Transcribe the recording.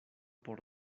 por